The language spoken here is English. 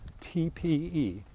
TPE